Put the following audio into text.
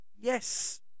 yes